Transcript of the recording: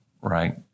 right